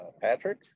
Patrick